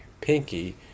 pinky